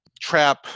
trap